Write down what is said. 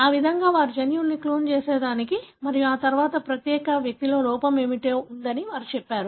ఆ విధంగా వారు జన్యువును క్లోన్ చేసారు మరియు ఆ తర్వాత ఆ ప్రత్యేక వ్యక్తిలో లోపం ఏమిటో వారు చెప్పారు